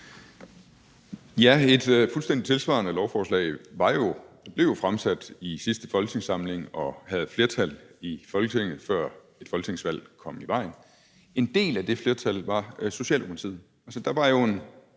(LA): Et fuldstændig tilsvarende lovforslag blev jo fremsat i folketingssamlingen 2018-19 og havde et flertal i Folketinget, før et folketingsvalg kom i vejen. En del af det flertal var Socialdemokratiet. Der var jo en